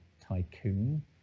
Tycoon